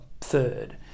third